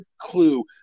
clue